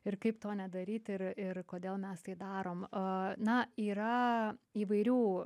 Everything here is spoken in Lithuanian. ir kaip to nedaryt ir ir kodėl mes tai darome o na yra įvairių